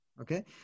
okay